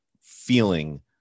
feeling